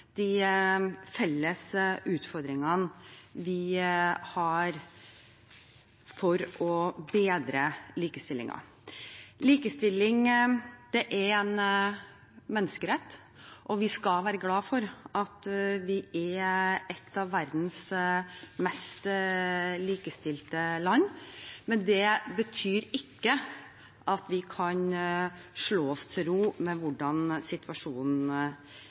de felles utfordringene vi har for å bedre likestillingen. Likestilling er en menneskerett, og vi skal være glad for at vi er et av verdens mest likestilte land. Men det betyr ikke at vi kan slå oss til ro med hvordan situasjonen